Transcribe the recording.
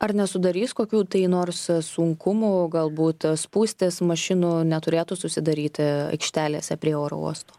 ar nesudarys kokių tai nors sunkumų galbūt spūstys mašinų neturėtų susidaryti aikštelėse prie oro uosto